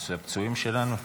הפצועים שלנו?